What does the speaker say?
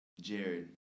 Jared